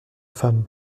femme